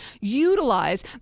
utilize